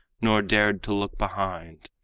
nor dared to look behind.